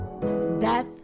death